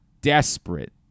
desperate